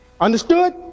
Understood